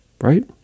right